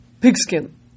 pigskin